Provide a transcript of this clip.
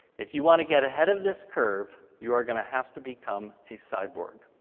if you want to get ahead of this curve, you are going to have to become a cyborg.